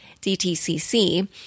DTCC